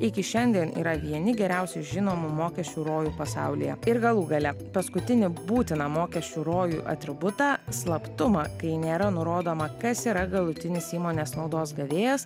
iki šiandien yra vieni geriausiai žinomų mokesčių rojų pasaulyje ir galų gale paskutinį būtiną mokesčių rojų atributą slaptumą kai nėra nurodoma kas yra galutinis įmonės naudos gavėjas